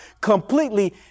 completely